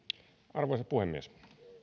arvoisa puhemies